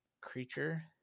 creature